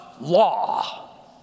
law